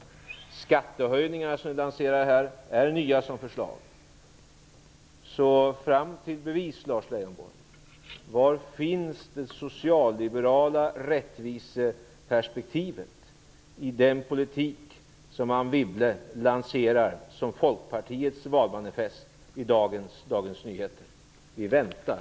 De skattehöjningar ni lanserar är nya förslag. Upp till bevis, Lars Leijonborg. Var finns det socialliberala rättviseperspektivet i den politik som Anne Wibble lanserar som Folkpartiets valmanifest i dagens Dagens Nyheter? Vi väntar.